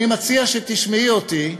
אני מציע שתשמעי אותו,